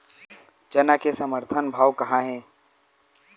चना के समर्थन भाव का हे?